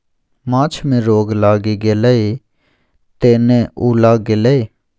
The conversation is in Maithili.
माछ मे रोग लागि गेलै तें ने उपला गेलै